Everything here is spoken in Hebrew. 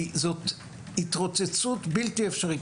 כי זאת התרוצצות בלתי אפשרית.